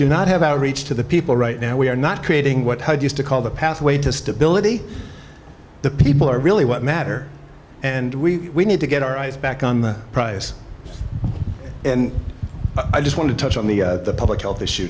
do not have outreach to the people right now we're not creating what hud used to call the pathway to stability the people are really what matter and we need to get our eyes back on the prize and i just want to touch on the public health issue